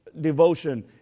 devotion